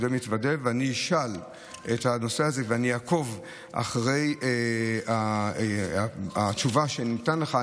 ואני אשאל על הנושא הזה ואני אעקוב אחרי התשובה שניתנה לך.